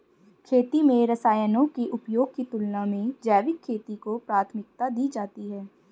खेती में रसायनों के उपयोग की तुलना में जैविक खेती को प्राथमिकता दी जाती है